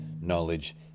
knowledge